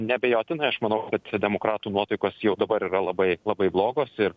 neabejotinai aš manau kad čia socialdemokratų nuotaikos jau dabar yra labai labai blogos ir